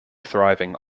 thriving